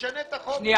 משרד המשפטים.